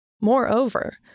Moreover